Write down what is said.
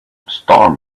storm